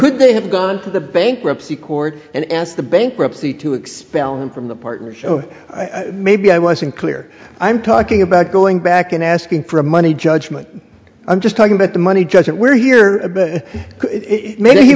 should they have gone to the bankruptcy court and asked the bankruptcy to expel him from the partners maybe i wasn't clear i'm talking about going back and asking for a money judgment i'm just talking about the money judgment we're here maybe he